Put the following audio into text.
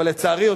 אבל לצערי,